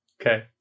Okay